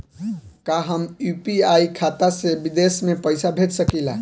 का हम यू.पी.आई खाता से विदेश में पइसा भेज सकिला?